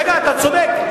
רגע, אתה צודק.